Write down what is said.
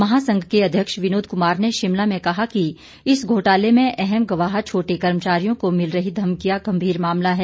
महासंघ के अध्यक्ष विनोद कुमार ने शिमला में कहा कि इस घोटाले में अहम गवाह छोटे कर्मचारियों को मिल रही धमकियां गम्भीर मामला है